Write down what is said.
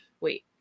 Wait